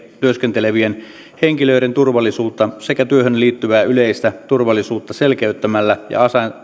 työskentelevien henkilöiden turvallisuutta sekä työhön liittyvää yleistä turvallisuutta selkeyttämällä ja